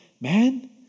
man